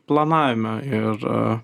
planavime ir